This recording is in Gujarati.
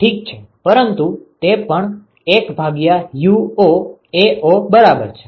ઠીક છે પરંતુ તે પણ પણ 1 ભાગ્યા UoAo બરાબર છે